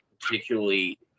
particularly